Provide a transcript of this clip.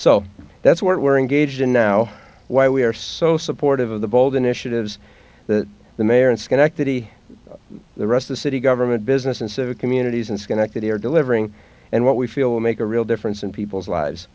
so that's what we're engaged in now why we are so supportive of the bold initiatives that the mayor and schenectady the rest the city government business and civic communities in schenectady are delivering and what we feel make a real difference in people's lives